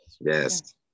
Yes